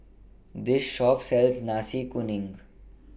This Shop sells Nasi Kuning